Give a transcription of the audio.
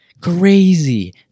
crazy